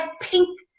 pink